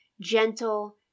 gentle